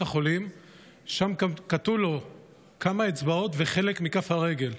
החולים ושם קטעו לו כמה אצבעות וחלק מכף הרגל.